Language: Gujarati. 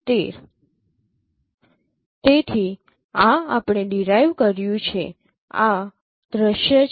તેથી આ આપણે ડિરાઇવ કર્યું છે આ દૃશ્ય છે